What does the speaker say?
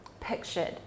pictured